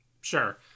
Sure